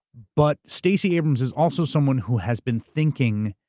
but stacey abrams is also someone who has been thinking.